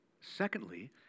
Secondly